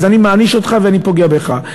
אז אני מעניש אותך ואני פוגע בך.